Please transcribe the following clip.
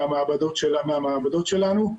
מהמעבדות שלנו,